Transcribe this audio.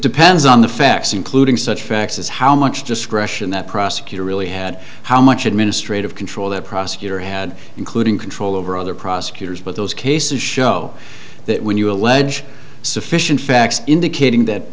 depends on the facts including such facts as how much discretion that prosecutor really had how much administrative control the prosecutor had including control over other prosecutors but those cases show that when you allege sufficient facts indicating that